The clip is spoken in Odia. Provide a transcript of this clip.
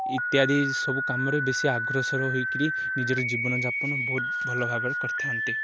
ଇତ୍ୟାଦି ସବୁ କାମରେ ବେଶୀ ଅଗ୍ରସର ହୋଇକିରି ନିଜର ଜୀବନଯାପନ ବହୁତ ଭଲ ଭାବରେ କରିଥାନ୍ତି